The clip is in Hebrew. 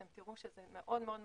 אתם תראו שזה מאוד מאוד משמעותי,